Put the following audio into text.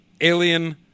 alien